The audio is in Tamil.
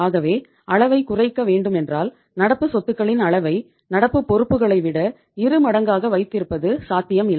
ஆகவே அளவை குறைக்க வேண்டுமென்றால் நடப்பு சொத்துகளின் அளவை நடப்பு பொறுப்புகளைவிட இரு மடங்காகக் வைத்திருப்பது சாத்தியம் இல்லை